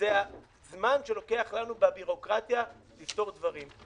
זה הזמן שלוקח לנו בבירוקרטיה לפתור דברים.